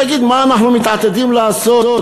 תגיד מה אנחנו מתעתדים לעשות,